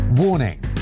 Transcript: Warning